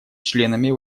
членами